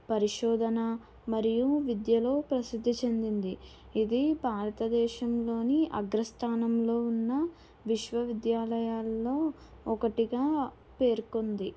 పరిశోధన మరియు విద్యను ప్రసిద్ధి చెందింది ఇది భారతదేశంలోని అగ్రస్థానంలో ఉన్న విశ్వవిద్యాలయాల్లో ఒకటిగా పేర్కొంది